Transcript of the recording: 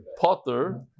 Potter